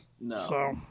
No